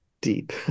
deep